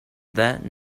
that